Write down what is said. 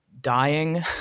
dying